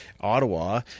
Ottawa